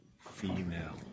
Female